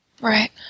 Right